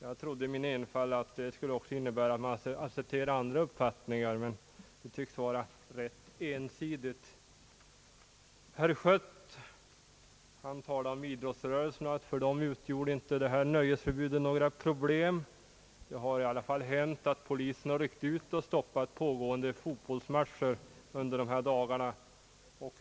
Jag trodde i min enfald att det också skulle innebära att man skall acceptera andra uppfattningar, men det tycks vara rätt ensidigt. Herr Schött talade om idrottsrörelsen och sade att nöjesförbudet inte utgjorde något problem för idrottsrörelsen. Men det har hänt att polisen har ryckt ut och stoppat pågående fotbollsmatcher under dessa dagar.